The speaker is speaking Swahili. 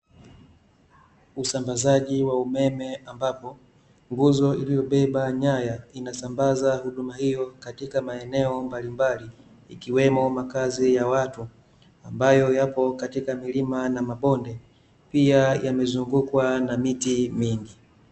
Usambazaji wa umeme ambapo, nguzo iliyobeba nyaya , inasambaza huduma hiyo, katika maeneo mbalimbali, ikiwemo makazi ya watu, ambayo yapo katika milima na mabonde, pia yamezungukwa na miti mingi.